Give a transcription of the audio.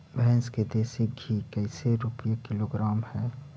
भैंस के देसी घी कैसे रूपये किलोग्राम हई?